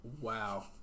Wow